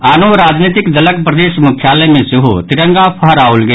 आनो राजनीतिक दलक प्रदेश मुख्यालय मे सेहो तिरंगा फहराओल गेल